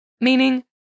meaning